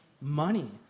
money